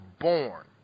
born